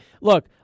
look